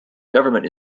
government